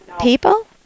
people